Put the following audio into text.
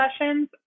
sessions